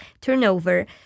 turnover